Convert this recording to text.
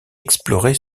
explorée